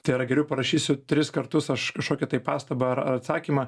tai yra geriau parašysiu tris kartus aš kažkokią tai pastabą ar ar atsakymą